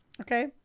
Okay